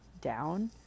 down